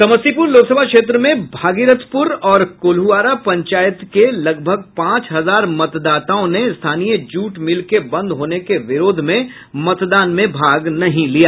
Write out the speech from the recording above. समस्तीपुर लोकसभा क्षेत्र में भागिरथपुर और कोल्हुआरा पंचायत के लगभग पांच हजार मतदाताओं ने स्थानीय जूट मील के बंद होने के विरोध में मतदान में भाग नहीं लिया